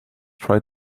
try